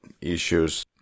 issues